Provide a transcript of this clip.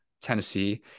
Tennessee